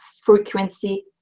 frequency